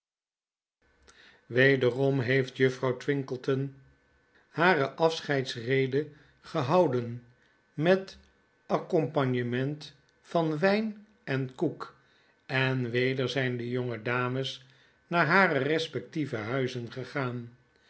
wederom heeft juffrouw twinkleton hare afscheidsrede gehouden metaccompagnement van wijn en koek en weder zyn de jonge dames naar hare respectieve huizen gegaan